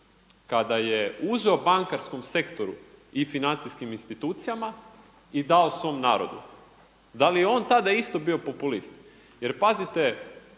kada je uzeo bankarskom sektoru i financijskim institucijama i dao svom narodu, da li je on tada isto bio populist? Jer pazite